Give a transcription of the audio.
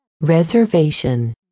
Reservation